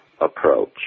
approach